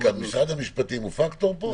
רגע, משרד המשפטים הוא פקטור פה?